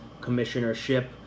commissionership